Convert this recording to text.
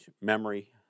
memory